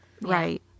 Right